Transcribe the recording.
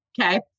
okay